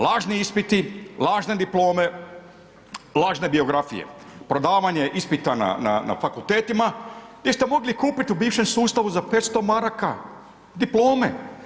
Lažni ispiti, lažne diplome, lažne biografije, prodavanje ispitana fakultetima gdje ste mogli kupiti u bivšem sustavu za 500 maraka diplome.